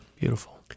Beautiful